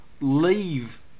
leave